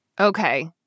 Okay